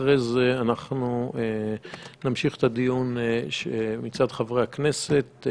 ואחרי זה אנחנו נמשיך את הדיון מצד חברי הכנסת.